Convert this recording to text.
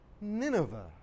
Nineveh